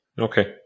okay